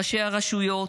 ראשי הרשויות,